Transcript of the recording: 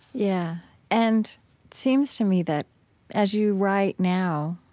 yeah and seems to me that as you write now,